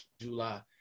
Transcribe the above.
July